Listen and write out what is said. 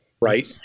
right